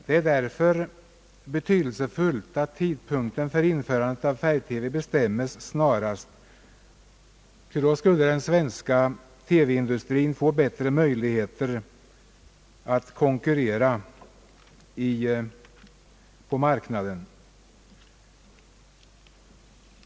Det är därför betydelsefullt att tidpunkten för införande av färg-TV bestämmes snarast, ty då kunde den svenska TV-industrin få bättre möjlighet att konkurrera på marknaden.